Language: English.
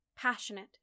Passionate